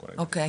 אוקי,